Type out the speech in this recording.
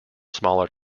smaller